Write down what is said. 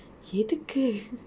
எதுக்கு:ethuku